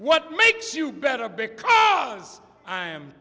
what makes you better because i am